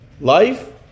life